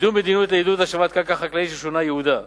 קידום מדיניות לעידוד השבת קרקע חקלאית ששונה ייעודה,